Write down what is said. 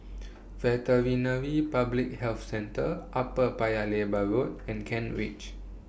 Veterinary Public Health Centre Upper Paya Lebar Road and Kent Ridge